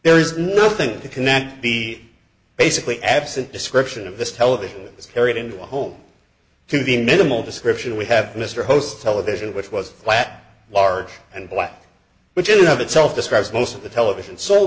there is nothing to connect the basically absent description of this television is carried in one home to the minimal description we have mr host television which was flat large and black which in of itself describes most of the television so